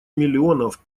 миллионов